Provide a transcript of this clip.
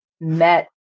met